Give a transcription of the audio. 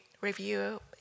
review